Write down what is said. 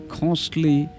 costly